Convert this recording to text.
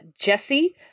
Jesse